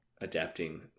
adapting